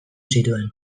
zituen